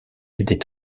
était